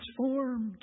transformed